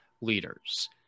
leaders